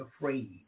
afraid